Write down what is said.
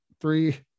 Three